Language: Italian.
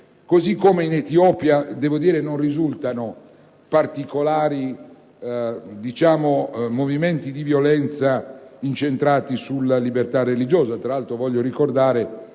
modo, in Etiopia non risultano particolari movimenti di violenza incentrati sulla libertà religiosa